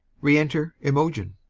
re-enter imogen